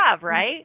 right